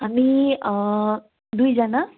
हामी दुईजाना